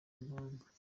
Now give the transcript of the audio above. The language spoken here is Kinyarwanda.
impanga